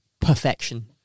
perfection